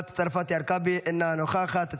חברת הכנסת מטי צרפתי הרכבי, אינה נוכחת,